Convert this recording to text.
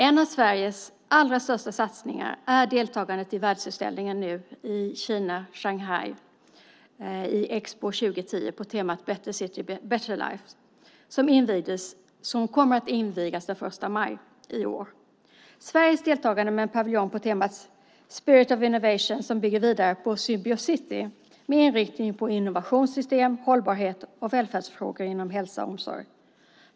En av Sveriges allra största satsningar är deltagandet i världsutställningen i Shanghai, Expo 2010, på temat Better city - better life som kommer att invigas den 1 maj i år. Sverige deltar med en paviljong på temat Spirit of innovation som bygger vidare på Symbiocity med inriktning på innovationssystem, hållbarhet och välfärdsfrågor inom hälsa och omsorg.